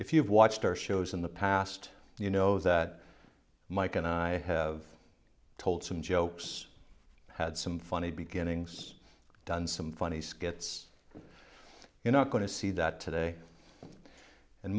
if you've watched our shows in the past you know that mike and i have told some jokes had some funny beginnings done some funny skits you're not going to see that today and